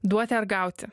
duoti ar gauti